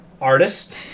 Artist